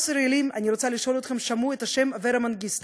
אני רוצה לשאול אתכם: כמה ישראלים שמעו את השם אברה מנגיסטו?